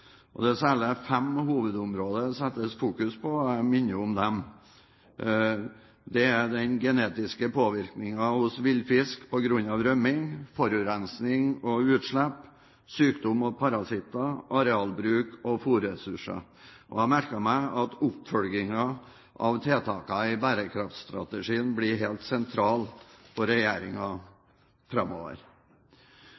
Det er særlig fem hovedområder som settes i fokus, og jeg vil minne om dem: Det er genetisk påvirkning hos villfisk på grunn av rømming, forurensing og utslipp, sykdom og parasitter, arealbruk og fôrressurser. Jeg har merket meg at oppfølgingen av tiltakene i bærekraftstrategien blir helt sentralt for regjeringa